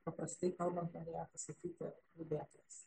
paprastai kalbant norėjo pasakyti kalbėtojas